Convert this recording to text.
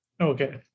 Okay